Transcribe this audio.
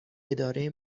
اداره